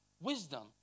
wisdom